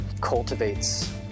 cultivates